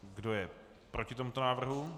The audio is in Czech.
Kdo je proti tomuto návrhu?